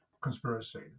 conspiracy